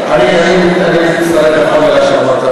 אני מצטרף לכל מילה שאמרת,